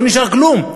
לא נשאר כלום.